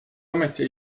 ometi